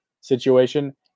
situation